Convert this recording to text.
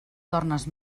tornes